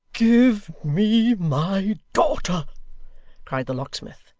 give me my daughter cried the locksmith,